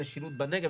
במשילות בנגב,